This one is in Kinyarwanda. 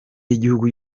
y’igihugu